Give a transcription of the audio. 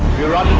bureau?